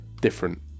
different